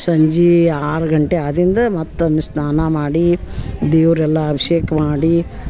ಸಂಜೆ ಆರು ಗಂಟೆ ಆದಿಂದ ಮತ್ತನ್ ಸ್ನಾನ ಮಾಡಿ ದೇವರೆಲ್ಲ ಅಭಿಷೇಕ ಮಾಡಿ